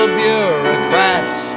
bureaucrats